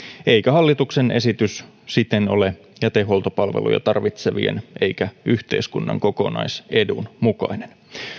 eikä hallituksen esitys siten ole jätehuoltopalveluja tarvitsevien eikä yhteiskunnan kokonaisedun mukainen